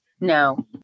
no